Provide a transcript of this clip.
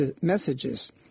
messages